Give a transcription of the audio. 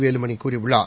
வேலுமணி கூறியுள்ளார்